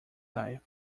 night